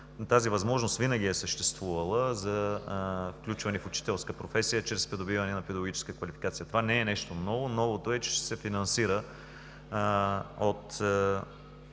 Тази възможност винаги е съществувала – за включване в учителската професия чрез придобиване на педагогическа квалификация. Това не е нещо ново. Новото е, че ще се финансира от